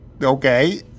Okay